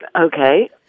Okay